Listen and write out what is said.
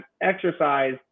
exercise